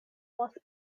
wasp